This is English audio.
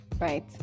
right